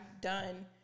done